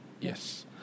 Yes